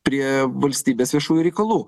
prie valstybės viešųjų reikalų